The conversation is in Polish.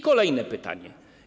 Kolejne pytanie.